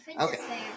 Okay